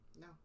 No